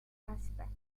aspect